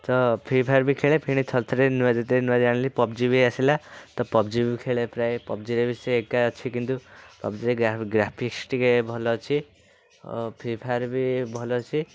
ତ Free Fire ବି ଖେଳେ ଫୁଣି ଥରେ ଥରେ ନୂଆ ଯଦି ନୂଆ ଜାଣିଲି ପବ୍ଜି ବି ଆସିଲା ତ ପବ୍ଜି ବି ଖେଳେ ପ୍ରାୟ ପବ୍ଜିରେ ବି ସେଇ ଏକା ଅଛି କିନ୍ତୁ ପବ୍ଜିରେ ଗ୍ରାଫିକ୍ସ୍ ଟିକେ ଭଲ ଅଛି ଫ୍ରି ଫାୟାର୍ରେ ବି ଭଲ ଅଛି